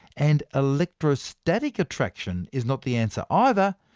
and electrostatic attraction is not the answer ah either,